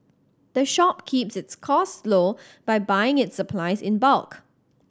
the shop keeps its costs low by buying its supplies in bulk